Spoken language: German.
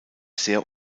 sehr